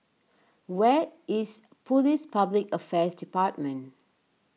where is Police Public Affairs Department